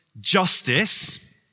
justice